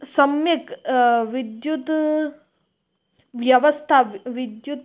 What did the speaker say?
सम्यक् विद्युत् व्यवस्था विद्युत्